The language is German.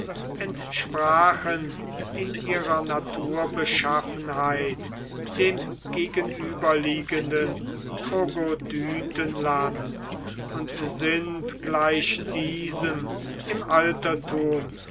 entsprachen in ihrer naturbeschaffenheit dem gegenüberliegenden trogodytenland und sind gleich diesem im altertum